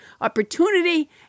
opportunity